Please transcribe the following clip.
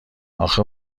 اخه